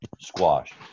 squash